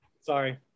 Sorry